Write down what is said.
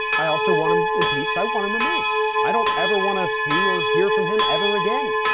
i also want him impeached. i want him removed. i don't ever want to see or hear from him ever again.